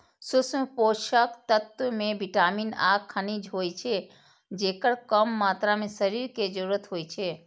सूक्ष्म पोषक तत्व मे विटामिन आ खनिज होइ छै, जेकर कम मात्रा मे शरीर कें जरूरत होइ छै